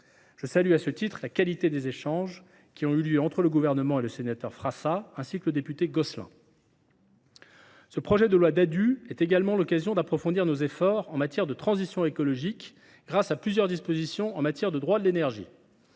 Je salue à ce titre la qualité des échanges qui ont eu lieu entre le Gouvernement et le sénateur Frassa, ainsi qu’avec le député Gosselin. Ce Ddadue nous donne également l’occasion d’approfondir nos efforts en matière de transition écologique. Il comporte en effet plusieurs dispositions en matière de droit de l’énergie.